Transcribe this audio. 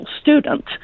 student